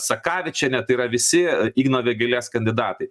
sakavičienė tai yra visi igno vėgėlės kandidatai